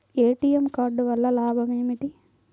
ATM card వల్ల లాభం ఏమిటి?